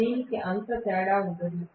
దీనికి అంత తేడా ఉండదు